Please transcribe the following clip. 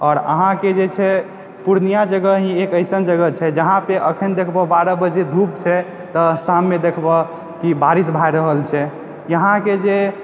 आओर अहाँकऽ जे छै पूर्णिया जगह ही एक एसन जगह छै जहाँपे अखन देखबहओ बारह बजे धूप छै तऽ शाममे देखबहऽ बारिश भए रहल छै यहाँके जे